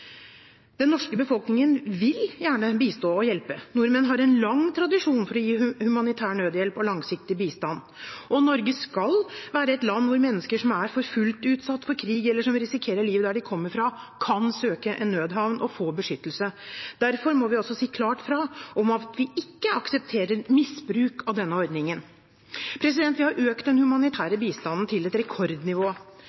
Den norske befolkningen vil gjerne bistå og hjelpe. Nordmenn har en lang tradisjon for å gi humanitær nødhjelp og langsiktig bistand. Norge skal være et land hvor mennesker som er forfulgt, utsatt for krig, eller som risikerer livet der de kommer fra, kan søke nødhavn og få beskyttelse. Derfor må vi også si klart fra om at vi ikke aksepterer misbruk av denne ordningen. Vi har økt den humanitære bistanden til et rekordnivå.